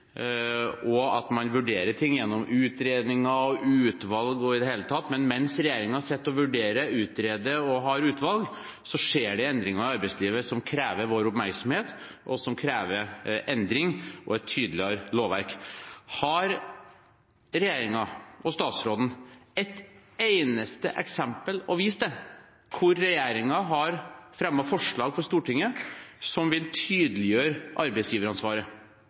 og at man vurderer ting gjennom utredninger, utvalg og i det hele tatt. Men mens regjeringen sitter og vurderer, utreder og har utvalg, skjer det endringer i arbeidslivet som krever vår oppmerksomhet, og som krever endring og et tydeligere lovverk. Har regjeringen, og statsråden, ett eneste eksempel å vise til hvor regjeringen har fremmet forslag for Stortinget som vil tydeliggjøre arbeidsgiveransvaret?